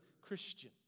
Christian